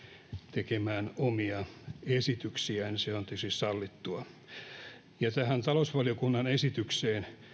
tekemään omia esityksiään se on tietysti sallittua tähän talousvaliokunnan esitykseen